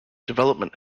development